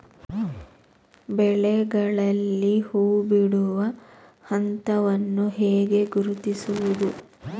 ಬೆಳೆಗಳಲ್ಲಿ ಹೂಬಿಡುವ ಹಂತವನ್ನು ಹೇಗೆ ಗುರುತಿಸುವುದು?